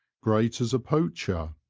great as a poacher,